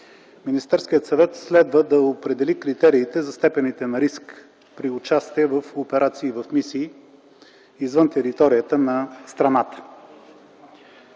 Министерският съвет следва да определи критериите за степените на риск при участие в операции в мисии извън територията на страната.